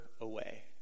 away